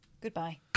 Goodbye